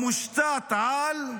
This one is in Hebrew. המושתת על: